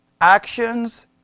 actions